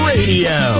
Radio